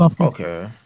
Okay